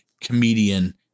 comedian